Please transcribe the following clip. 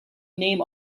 name